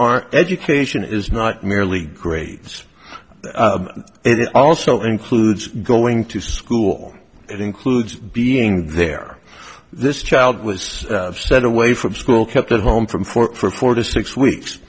are education is not merely grades it also includes going to school it includes being there this child was sent away from school kept at home from four for four to six weeks